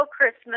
Christmas